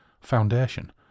Foundation